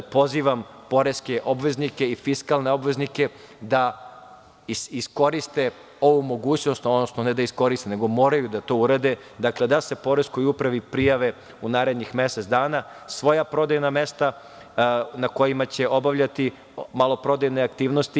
Pozivam poreske obveznike i fiskalne obveznike da iskoriste ovu mogućnost, odnosno ne da iskoriste, nego moraju da to urade, da se Poreskoj upravi prijave u narednih mesec dana, svoja prodajna mesta na kojima će obavljati maloprodajne aktivnosti.